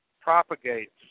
propagates